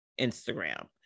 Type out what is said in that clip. Instagram